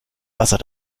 wasser